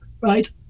right